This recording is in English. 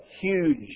huge